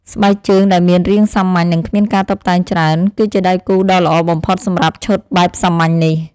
ស្បែកជើងដែលមានរាងសាមញ្ញ និងគ្មានការតុបតែងច្រើន គឺជាដៃគូដ៏ល្អបំផុតសម្រាប់ឈុតបែបសាមញ្ញនេះ។